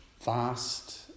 vast